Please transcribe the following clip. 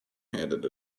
handed